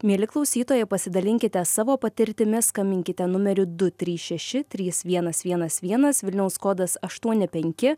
mieli klausytojai pasidalinkite savo patirtimis skambinkite numeriu du trys šeši trys vienas vienas vienas vilniaus kodas aštuoni penki